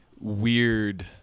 weird